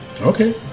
Okay